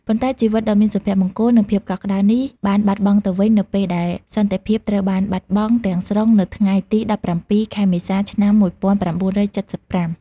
ប៉ុន្តែជីវិតដ៏មានសុភមង្គល និងភាពកក់ក្ដៅនេះបានបាត់បង់ទៅវិញ នៅពេលដែលសន្តិភាពត្រូវបានបាត់បង់ទាំងស្រុងនៅថ្ងៃទី ១៧ ខែមេសា ឆ្នាំ ១៩៧៥។